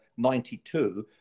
92